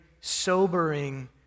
sobering